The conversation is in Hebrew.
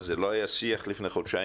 אבל זה לא היה השיח לפני חודשיים,